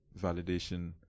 validation